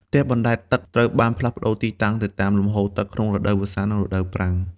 ផ្ទះបណ្តែតទឹកត្រូវបានផ្លាស់ប្តូរទីតាំងទៅតាម លំហូរទឹក ក្នុងរដូវវស្សានិងរដូវប្រាំង។